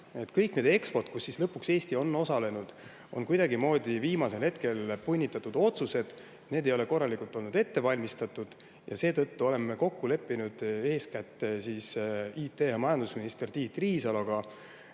Kõik need EXPO-d, kus lõpuks Eesti on osalenud, on kuidagimoodi viimasel hetkel punnitatud otsused. Need ei ole korralikult olnud ette valmistatud. Seetõttu oleme kokku leppinud eeskätt majandus- ja IT-minister Tiit Riisaloga,